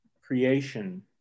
Creation